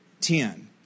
ten